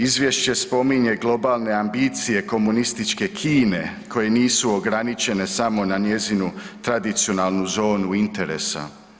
Izvješće spominje globalne ambicije komunističke Kine koje nisu ograničene samo na njezinu tradicionalnu zonu interesa.